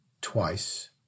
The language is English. twice